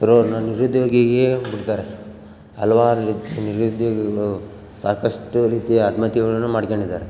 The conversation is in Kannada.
ರೋ ನಾನು ನಿರೂದ್ಯೋಗಿಗೇ ಬಿಡ್ತಾರೆ ಹಲವಾರು ರೀತಿ ನಿರುದ್ಯೋಗಿಗಳು ಸಾಕಷ್ಟು ರೀತಿಯ ಆತ್ಮಹತ್ಯೆಗಳನ್ನು ಮಾಡ್ಕೊಂಡಿದ್ದಾರೆ